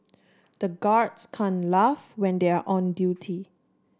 the guards can laugh when they are on duty